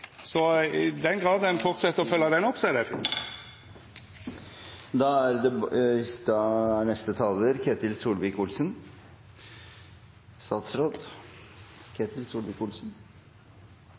Så i den grad ein fortset å følgja den, er det